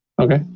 Okay